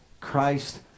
Christ